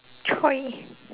!choy!